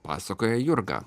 pasakoja jurga